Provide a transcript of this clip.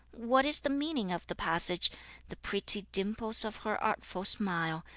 what is the meaning of the passage the pretty dimples of her artful smile!